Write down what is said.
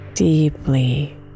deeply